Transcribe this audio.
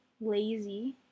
lazy